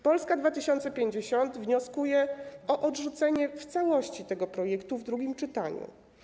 Polska 2050 wnioskuje o odrzucenie w całości tego projektu w drugim czytaniu.